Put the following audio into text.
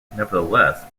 nevertheless